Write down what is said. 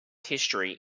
history